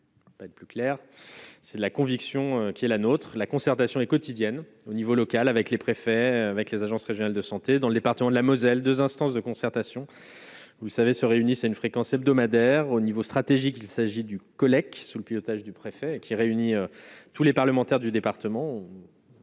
Peut être plus clair, c'est la conviction qui est la nôtre, la concertation et quotidienne au niveau local avec les préfets avec les agences régionales de santé dans le département de la Moselle, 2 instances de concertation, vous le savez, se réunissent à une fréquence hebdomadaire au niveau stratégique, il s'agit du collègue sous le pilotage du préfet qui réunit tous les parlementaires du département